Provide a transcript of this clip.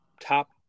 top